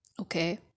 Okay